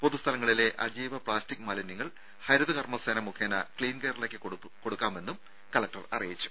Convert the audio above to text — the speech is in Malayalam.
പൊതു സ്ഥലങ്ങളിലെ അജൈവ പ്ലാസ്റ്റിക് മാലിന്യങ്ങൾ ഹരിത കർമ്മസേന മുഖേന ക്ലീൻ കേരളക്ക് കൊടുക്കാമെന്നും കലക്ടർ അറിയിച്ചു